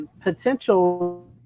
potential